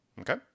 Okay